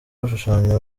gushushanya